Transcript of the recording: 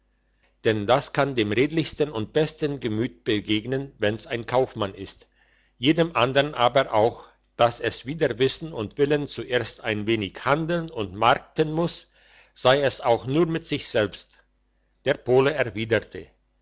denn das kann dem redlichsten und besten gemüt begegnen wenn's ein kaufmann ist jedem andern aber auch dass es wider wissen und willen zuerst ein wenig handeln und markten muss sei es auch nur mit sich selbst der pole erwiderte